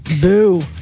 boo